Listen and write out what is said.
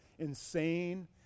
insane